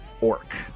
orc